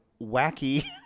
wacky